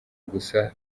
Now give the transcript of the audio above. gusa